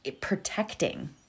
protecting